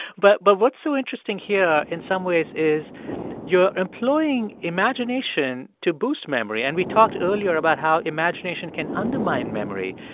but but what's so interesting here, in some ways, is you're employing imagination to boost memory. and we talked earlier about how imagination can undermine memory.